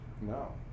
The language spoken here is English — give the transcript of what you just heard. no